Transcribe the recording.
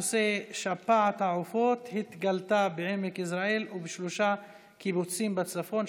בנושא: שפעת העופות התגלתה בעמק יזרעאל ובשלושה קיבוצים בצפון,